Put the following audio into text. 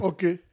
Okay